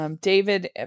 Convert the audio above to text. David